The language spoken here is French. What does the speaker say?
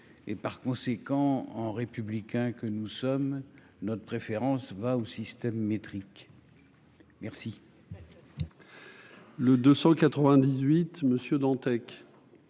et par conséquent en républicain que nous sommes notre préférence va au système métrique merci.